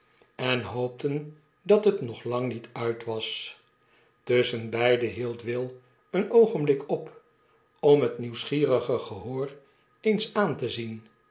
en hoopten dat het nog lang niet uit was tusschenbeide hield will een oogenblik op om het nieuwsgierige gehoor eens aan te zien